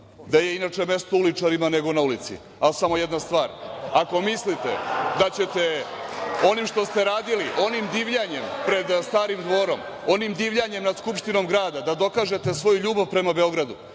Gde je inače mesto uličarima nego na ulici? Samo jedna stvar, ako mislite da ćete onim što ste radili, onim divljanjem pred Starim dvorom, onim divljanjem nad Skupštinom grada da dokažete svoju ljubav prema Beogradu,